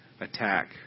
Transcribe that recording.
attack